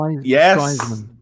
Yes